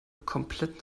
komplett